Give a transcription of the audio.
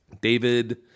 David